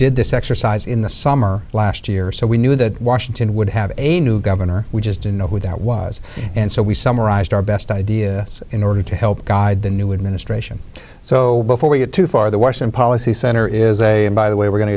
did this exercise in the summer last year so we knew that washington would have a new governor we just didn't know who that was and so we summarized our best ideas in order to help guide the new administration so before we get too far the washroom policy center is a and by the way we're go